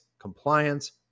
compliance